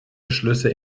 beschlüsse